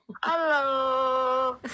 hello